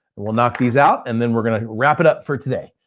we'll knock these out and then we're gonna wrap it up for today.